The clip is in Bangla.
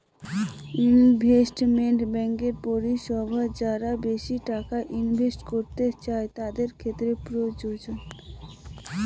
ইনভেস্টমেন্ট ব্যাঙ্কিং পরিষেবা যারা বেশি টাকা ইনভেস্ট করতে চাই তাদের ক্ষেত্রে প্রযোজ্য